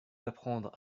l’apprendre